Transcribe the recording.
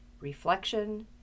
reflection